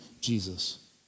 Jesus